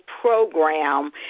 program